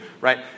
right